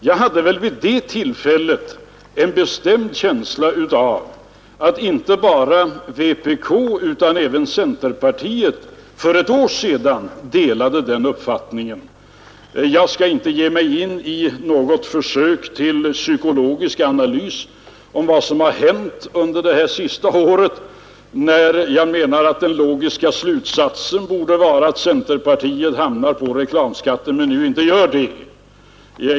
Jag hade vid det tillfället en bestämd känsla av att inte bara vpk utan även centerpartiet delade den uppfattningen. Jag skall inte ge mig in i något försök till psykologisk analys om vad som hänt under det senaste året, när jag menar att den logiska slutsatsen borde ha varit att centerpartiet hamnat på reklamskattens sida, men det gör man inte.